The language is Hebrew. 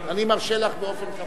אבל היינו צריכים להצביע עליהם